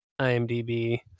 IMDb